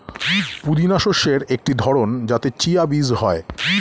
পুদিনা শস্যের একটি ধরন যাতে চিয়া বীজ হয়